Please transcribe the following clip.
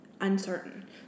uncertain